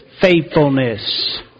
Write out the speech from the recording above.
faithfulness